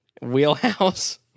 wheelhouse